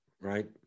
Right